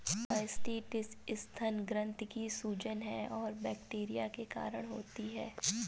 mastitis स्तन ग्रंथि की सूजन है और बैक्टीरिया के कारण होती है